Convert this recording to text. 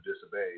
disobeyed